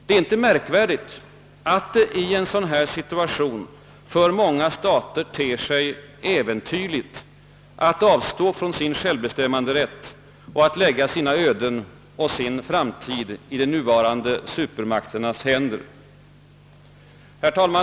Det är inte märkligt att det i en sådan situation för många stater ter sig äventyrligt att avstå från sin självbestämmanderätt och att lägga sina öden och sin framtid i de nuvarande supermakternas händer.